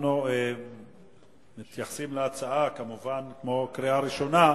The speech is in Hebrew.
אנחנו מתייחסים להצעה כמובן כמו קריאה ראשונה.